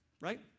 Right